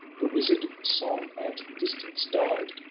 the wizard song at distance died.